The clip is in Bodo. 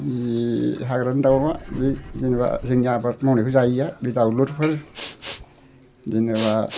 बे हाग्रानि दाउआ बे जेनेबा जोंनि आबाद मावनायखौ जायिया बे दाउलुदफोर जेनेबा